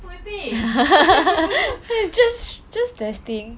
apa kau merepek